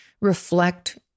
reflect